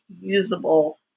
usable